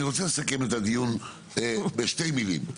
אני רוצה לסכם את הדיון בשתי מילים,